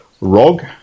ROG